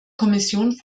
kommission